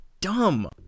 dumb